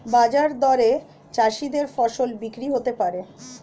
বাজার দরে চাষীদের ফসল বিক্রি হতে পারে